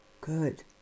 Good